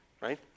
Right